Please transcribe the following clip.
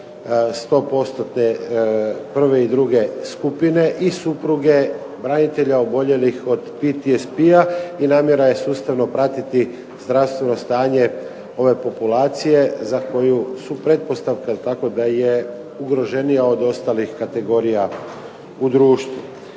100%-tne prve i druge skupine i supruge branitelja oboljelih od PTSP-a i namjera je sustavno pratiti zdravstveno stanje ove populacije za koju su pretpostavka jel tako da je ugroženija od ostalih kategorija u društvu.